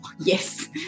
yes